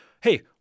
Hey